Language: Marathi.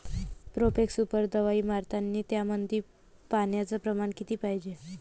प्रोफेक्स सुपर दवाई मारतानी त्यामंदी पान्याचं प्रमाण किती पायजे?